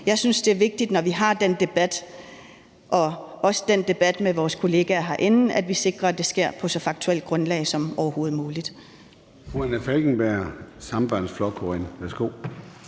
Jeg synes, at det er vigtigt, når vi har den debat, også med vores kollegaer herinde, at vi sikrer, at det sker på så faktuelt et grundlag som overhovedet muligt.